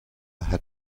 had